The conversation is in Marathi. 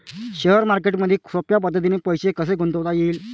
शेअर मार्केटमधी सोप्या पद्धतीने पैसे कसे गुंतवता येईन?